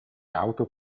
auto